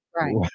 Right